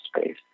space